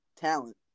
talent